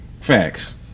facts